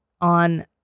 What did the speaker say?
on